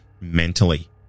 mentally